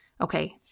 Okay